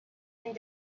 and